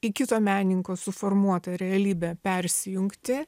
į kito menininko suformuotą realybę persijungti